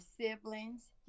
siblings